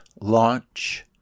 launch